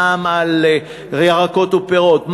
מע"מ על ירקות ופירות,